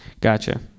gotcha